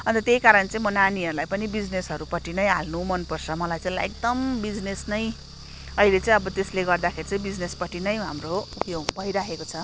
अन्त त्यही कारण चाहिँ म नानीहरूलाई पनि बिजिनेसहरूपट्टि नै हाल्नु मनपर्छ मलाई चाहिँ एकदम बिजिनेस नै अहिले चाहिँ अब त्यसले गर्दाखेरि चाहिँ बिजिनेसपट्टि नै हो हाम्रो उयो भइराखेको छ